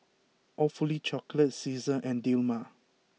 Awfully Chocolate Cesar and Dilmah